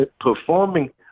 Performing